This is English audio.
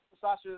Sasha